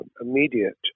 immediate